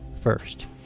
first